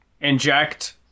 Inject